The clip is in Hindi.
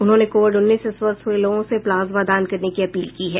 उन्होंने कोविड उन्नीस से स्वस्थ हुए लोगों से प्लाज्मा दान करने की अपील की है